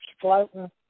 floating